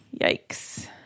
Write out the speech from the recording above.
Yikes